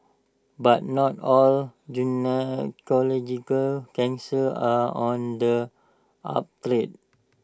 but not all gynaecological cancers are on the uptrend